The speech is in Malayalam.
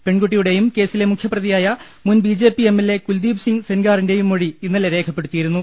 പെൺകു ട്ടിയുടെയും കേസിലെ മുഖ്യപ്രതിയായ മുൻ B J P M L A Kuldeep Singh സെൻഗാറിന്റെയും മൊഴി ഇന്നലെ രേഖപ്പെടുത്തിയിരുന്നു